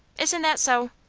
isn't that so?